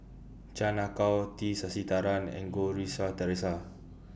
Chan Ah Kow T Sasitharan and Goh Rui Si Theresa